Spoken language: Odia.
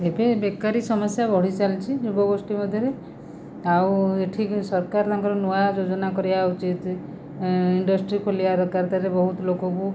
ଏବେ ବେକାରୀ ସମସ୍ୟା ବଢ଼ି ଚାଲିଛି ଯୁବଗୋଷ୍ଠୀ ମଧ୍ୟରେ ଆଉ ଏଇଠି ସରକାର ତାଙ୍କର ନୂଆ ଯୋଜନା କରିବା ଉଚିତ୍ ଇଣ୍ଡଷ୍ଟ୍ରି ଖୋଲିବା ଦରକାର ତା'ହେଲେ ବହୁତ ଲୋକକୁ